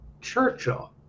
Churchill